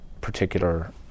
particular